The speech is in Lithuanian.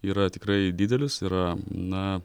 yra tikrai didelis yra na